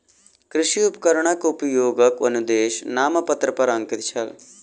कृषि उपकरणक उपयोगक अनुदेश नामपत्र पर अंकित छल